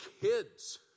kids